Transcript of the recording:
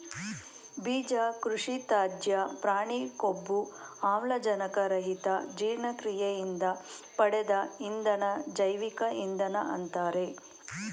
ಬೀಜ ಕೃಷಿತ್ಯಾಜ್ಯ ಪ್ರಾಣಿ ಕೊಬ್ಬು ಆಮ್ಲಜನಕ ರಹಿತ ಜೀರ್ಣಕ್ರಿಯೆಯಿಂದ ಪಡೆದ ಇಂಧನ ಜೈವಿಕ ಇಂಧನ ಅಂತಾರೆ